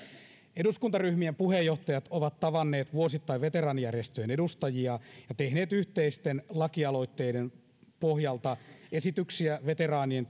eduskuntaryhmien puheenjohtajat ovat tavanneet vuosittain veteraanijärjestöjen edustajia ja tehneet yhteisten lakialoitteiden pohjalta esityksiä veteraanien